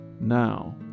now